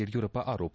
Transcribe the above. ಯಡಿಯೂರಪ್ಪ ಆರೋಪ